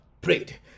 prayed